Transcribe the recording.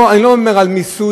אני לא מדבר על מיסוי,